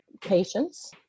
patients